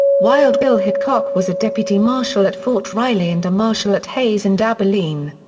wild bill hickok was a deputy marshal at fort riley and a marshal at hays and abilene.